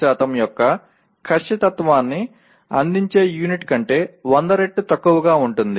05 యొక్క ఖచ్చితత్వాన్ని అందించే యూనిట్ కంటే 100 రెట్లు తక్కువగా ఉంటుంది